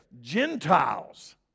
Gentiles